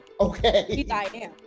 Okay